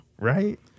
Right